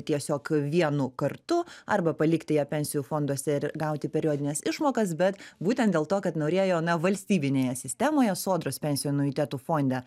tiesiog vienu kartu arba palikti ją pensijų fonduose ir gauti periodines išmokas bet būtent dėl to kad norėjo na valstybinėje sistemoje sodros pensijų anuitetų fonde